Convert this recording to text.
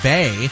Bay